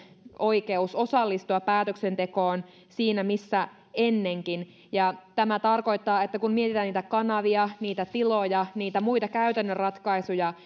oikeus osallistua päätöksentekoon siinä missä ennenkin tämä tarkoittaa että kun mietitään niitä kanavia niitä tiloja niitä muita käytännön ratkaisuja